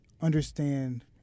Understand